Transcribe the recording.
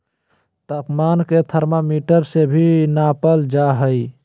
तापमान के थर्मामीटर से भी नापल जा हइ